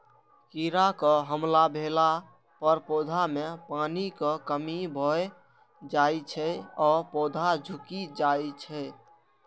कीड़ाक हमला भेला पर पौधा मे पानिक कमी भए जाइ छै आ पौधा झुकि जाइ छै